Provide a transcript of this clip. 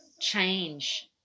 change